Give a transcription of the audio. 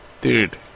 Dude